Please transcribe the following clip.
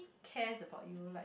cares about you like